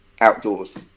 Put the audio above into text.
outdoors